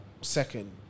second